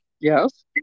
yes